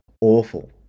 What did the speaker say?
awful